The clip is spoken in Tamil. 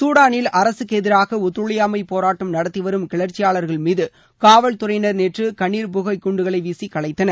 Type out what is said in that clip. சூடாளில் அரசுக்கு எதிராக ஒத்துழையாமை போரட்டம் நடத்தி வரும் கிளர்ச்சியாளர்கள் மீது காவல் துறையினர் நேற்று கண்ணீர் புகை குண்டுகளை வீசி கலைத்தனர்